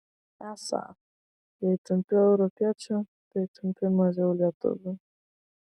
esą jei tampi europiečiu tai tampi mažiau lietuviu